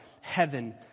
Heaven